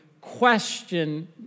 question